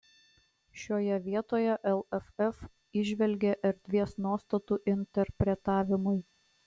šioje vietoje lff įžvelgė erdvės nuostatų interpretavimui